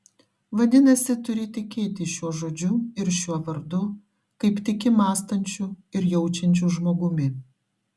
vadinasi turi tikėti šiuo žodžiu ir šiuo vardu kaip tiki mąstančiu ir jaučiančiu žmogumi